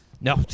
No